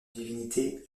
divinité